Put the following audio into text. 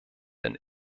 den